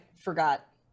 forgot